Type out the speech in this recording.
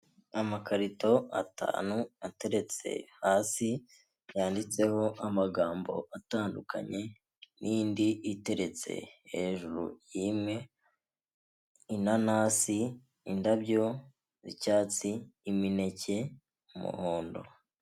Amakarito atanu ateretse hasi yanditseho amagambo atandukanye n'indi iteretse hejuru y'imwe, inanasi, indabyo, icyatsi, imineke, umuhondo.